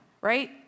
Right